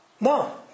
No